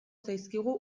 zaizkigu